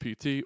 PT